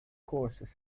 courses